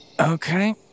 Okay